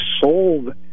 sold